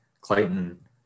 Clayton